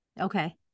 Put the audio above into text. Okay